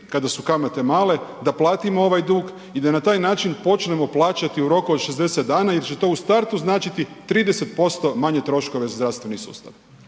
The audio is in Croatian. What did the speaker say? kada su kamate male da platimo ovaj dug i da na taj način počnemo plaćati u roku od 60 dana jer će to u startu značiti 30% manje troškove za zdravstveni sustav.